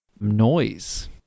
noise